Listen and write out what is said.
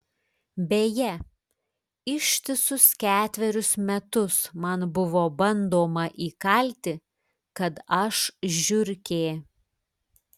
beje ištisus ketverius metus man buvo bandoma įkalti kad aš žiurkė